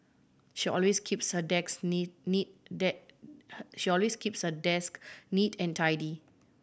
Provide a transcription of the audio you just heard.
she always keeps her desk neat neat she always keeps her desk neat and tidy